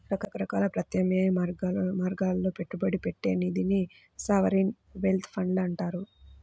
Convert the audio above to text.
రకరకాల ప్రత్యామ్నాయ మార్గాల్లో పెట్టుబడి పెట్టే నిధినే సావరీన్ వెల్త్ ఫండ్లు అంటారు